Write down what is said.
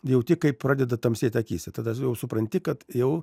jauti kaip pradeda tamsėt akyse tada supranti kad jau